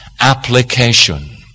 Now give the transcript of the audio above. application